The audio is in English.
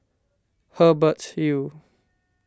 Hubert Hill